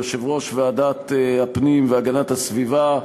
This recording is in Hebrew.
יושבת-ראש ועדת הפנים והגנת הסביבה.